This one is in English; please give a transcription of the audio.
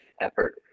effort